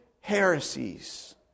heresies